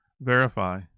verify